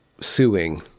suing